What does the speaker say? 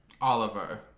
Oliver